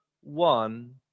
one